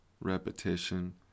repetition